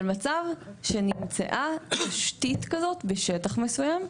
מצב שבו נמצא תשתית כזאת בשטח מסוים,